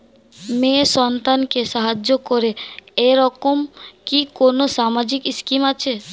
মেয়ে সন্তানকে সাহায্য করে এরকম কি কোনো সামাজিক স্কিম আছে?